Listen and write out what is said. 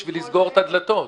בשביל לסגור את הדלתות.